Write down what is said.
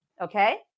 okay